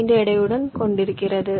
5 எடையும் கொண்டிருக்கிறது